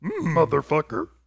Motherfucker